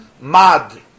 Mad